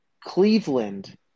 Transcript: Cleveland